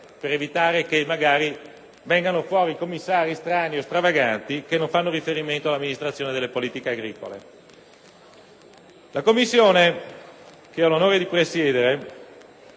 per evitare che magari vengano effettuate nomine di commissari strane o stravaganti, che non fanno riferimento all'amministrazione delle politiche agricole. La Commissione che ho l'onore di presiedere